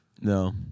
No